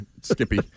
Skippy